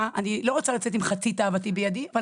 אני לא רוצה לצאת עם חצי תאוותי בידי אבל